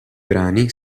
brani